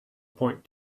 point